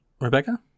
Rebecca